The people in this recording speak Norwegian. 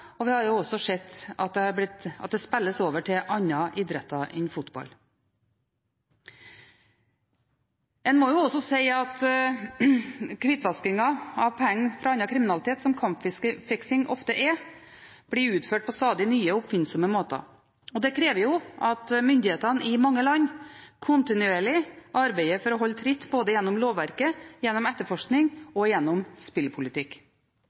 og vi har også sett at det spilles over til andre idretter enn fotball. En må også si at hvitvaskingen av penger fra annen kriminalitet – som kampfiksing ofte er – blir utført på stadig nye og oppfinnsomme måter. Det krever at myndighetene i mange land kontinuerlig arbeider for å holde tritt både gjennom lovverket, gjennom etterforskning og gjennom spillpolitikk.